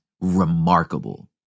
remarkable